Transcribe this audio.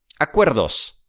Acuerdos